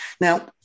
Now